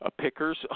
pickers